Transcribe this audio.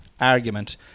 argument